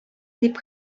дип